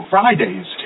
Fridays